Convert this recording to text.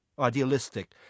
Idealistic